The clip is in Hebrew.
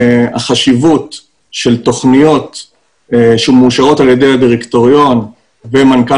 החשיבות של תוכניות שמאושרות על ידי הדירקטוריון ומנכ"ל